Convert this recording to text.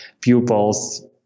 pupils